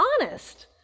honest